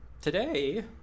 Today